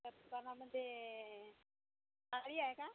तुमच्या दुकानामध्ये साडी आहे का